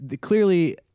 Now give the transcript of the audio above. Clearly